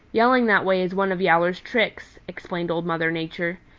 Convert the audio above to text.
yelling that way is one of yowler's tricks, explained old mother nature.